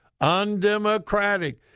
Undemocratic